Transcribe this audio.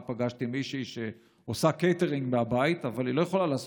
פגשתי מישהי שעושה קייטרינג מהבית אבל היא לא יכולה לעשות